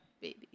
baby